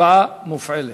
ההצבעה מופעלת.